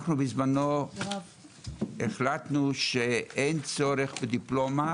בזמנו אנחנו החלטנו שאין צורך בדיפלומה